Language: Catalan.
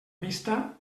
vista